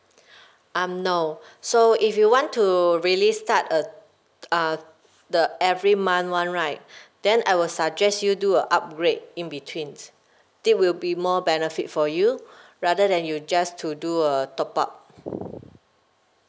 um no so if you want to really start a uh the every month one right then I will suggest you do a upgrade in between that will be more benefit for you rather than you just to do a top up